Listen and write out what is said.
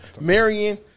Marion